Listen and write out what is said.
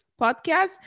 podcast